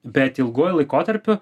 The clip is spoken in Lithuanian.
bet ilguoju laikotarpiu